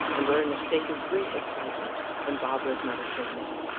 and were in a state of great excitement when barbara's mother came in,